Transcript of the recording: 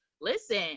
Listen